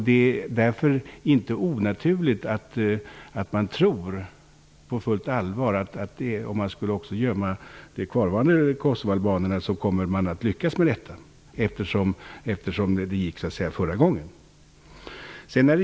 Det är inte onaturligt att man på fullt allvar tror att man kommer att lyckas om man gömmer också de kvarvarande flyktingarna, eftersom det gick förra gången.